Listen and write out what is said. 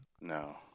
No